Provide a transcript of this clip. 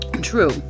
True